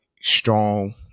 strong